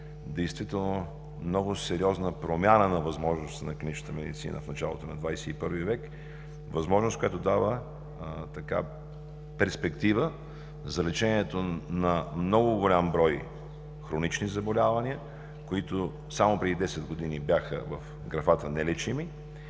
действително много сериозна промяна на възможностите на клиничната медицина в началото на XXI век – възможност, която дава перспектива за лечението на много голям брой хронични заболявания, които само преди десет години бяха в графата „нелечими“.